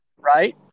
right